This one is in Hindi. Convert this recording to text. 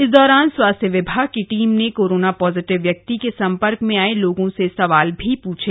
इस दौरान स्वास्थ्य विभाग की टीम ने कोरोना पॉजिटिव व्यक्ति के संपर्क में आए लोगों से सवाल भी पूछे